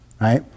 right